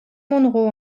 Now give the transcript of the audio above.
monroe